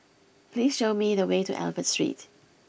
please show me the way to Albert Street